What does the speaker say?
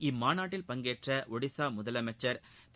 இம்மாநாட்டில் பங்கேற்ற ஒடிசா முதலமைச்சா் திரு